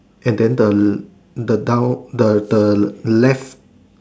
and then the the down the the left